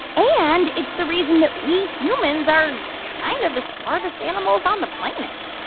and it's the reason that we humans are kind of the smartest animals on the planet.